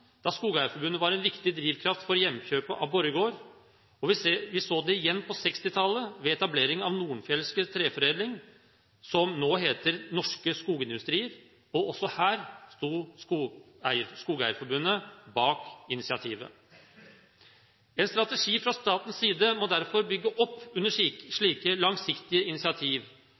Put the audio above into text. da Skogeierforbundet var en viktig drivkraft for hjemkjøpet av Borregaard, og vi så det igjen på 1960-tallet ved etableringen av Nordenfjelske Treforedling, som nå heter Norske Skogindustrier. Også her sto Skogeierforbundet bak initiativet. En strategi fra statens side må derfor bygge opp under slike langsiktige initiativ,